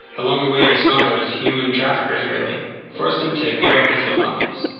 along the way, and smugglers, human traffickers really, forced him to give up his belongings,